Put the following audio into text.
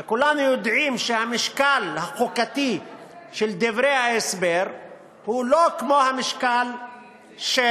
וכולנו יודעים שהמשקל החוקתי של דברי ההסבר הוא לא כמו המשקל של